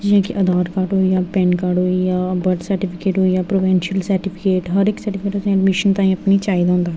जि'यां कि अधार कार्ड होई गेआ पेन कार्ड होई गेआ बर्थ सर्टीफिकेट होई गेआ प्रोबैंशल सर्टीफिकेट हर इक सर्टीफिकेट एडमिशन ताईं अपनी चाहिदा होंदा